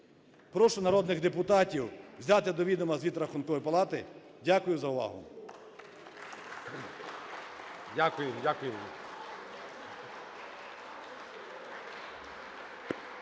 Прошу народних депутатів взяти до відома звіт Рахункової палати. Дякую за увагу.